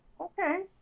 okay